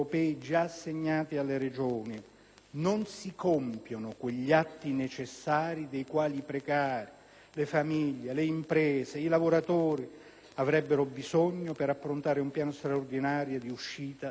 non si compiono quegli atti necessari di cui i precari, le famiglie, le imprese e i lavoratori avrebbero bisogno per approntare un piano straordinario di uscita dal tunnel della crisi.